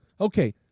Okay